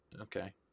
okay